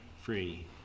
free